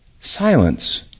silence